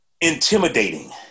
intimidating